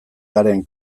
garen